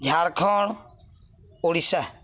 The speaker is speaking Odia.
ଝାଡ଼ଖଣ୍ଡ ଓଡ଼ିଶା